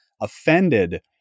offended